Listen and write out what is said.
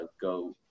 go